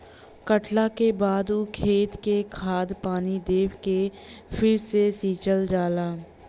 कटला के बाद ऊ खेत के खाद पानी दे के फ़िर से सिंचल जाला